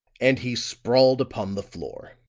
and he sprawled upon the floor.